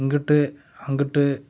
இங்கிட்டு அங்கிட்டு